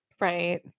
Right